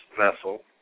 vessel